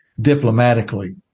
diplomatically